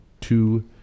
two